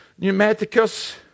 pneumaticus